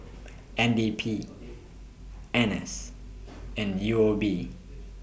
N D P N S and U O B